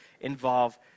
involve